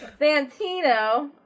Santino